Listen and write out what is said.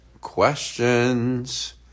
Questions